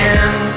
end